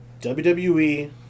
WWE